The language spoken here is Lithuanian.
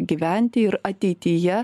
gyventi ir ateityje